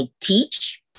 teach